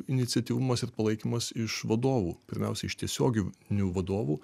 iniciatyvumas ir palaikymas iš vadovų pirmiausia iš tiesioginių vadovų